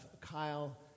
Kyle